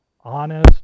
honest